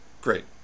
Great